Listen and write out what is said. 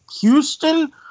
Houston